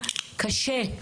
קשה.